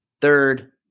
third